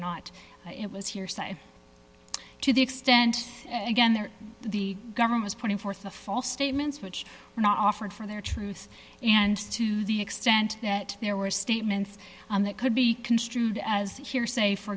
not it was here side to the extent again there the governments putting forth a false statements which were not offered for their truth and to the extent that there were statements on that could be construed as hearsay for